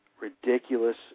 ridiculous